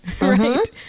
Right